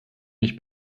mich